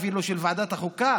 של ועדת החוקה,